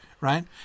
Right